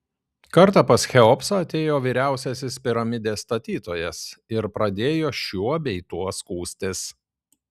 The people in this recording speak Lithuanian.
kartą pas cheopsą atėjo vyriausiasis piramidės statytojas ir pradėjo šiuo bei tuo skųstis